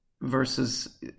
versus